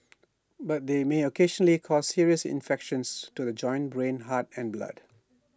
but they may occasionally cause serious infections to the joints brain heart and blood